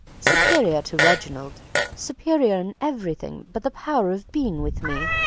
superior to reginald superior in everything but the power of being with me!